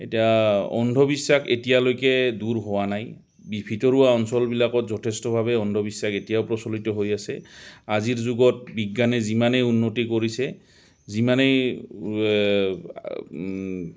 এতিয়া অন্ধবিশ্বাস এতিয়ালৈকে দূৰ হোৱা নাই বি ভিতৰুৱা অঞ্চলবিলাকত যথেষ্টভাৱে অন্ধবিশ্বাস এতিয়াও প্ৰচলিত হৈ আছে আজিৰ যুগত বিজ্ঞানে যিমানেই উন্নতি কৰিছে যিমানেই